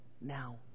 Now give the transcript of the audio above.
now